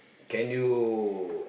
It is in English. can you